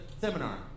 seminar